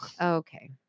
Okay